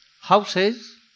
houses